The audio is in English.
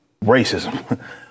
racism